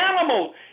animals